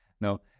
no